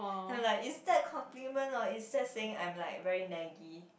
and is that compliment or is that saying I'm like very naggy